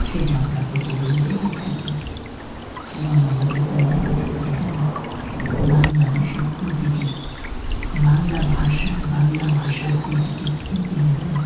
সেটা আমরা প্রতিদিন দেখে থাকি এবং আমাদের দৈনন্দিন জীবনে বাংলাদেশের প্রতিটি বাংলা ভাষার বাংলা ভাষার প্রতিটি প্রতিবেদন